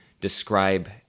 describe